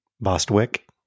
Bostwick